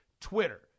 Twitter